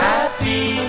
Happy